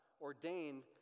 ordained